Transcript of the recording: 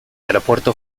aeropuerto